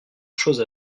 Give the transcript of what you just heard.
chose